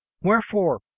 Wherefore